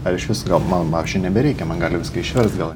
ar išvis gal man čia nebreikia man gali viską išverst gal